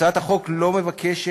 הצעת החוק לא מבקשת